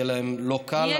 יהיה להם לא קל,